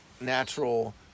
natural